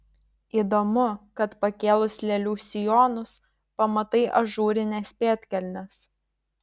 įdomu kad pakėlus lėlių sijonus pamatai ažūrines pėdkelnes